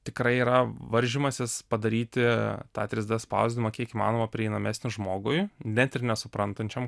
tikrai yra varžymasis padaryti tą trys d spausdinimą kiek įmanoma prieinamesnį žmogui net ir nesuprantančiam